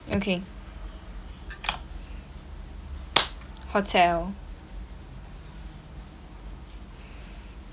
okay hotel